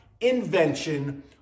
invention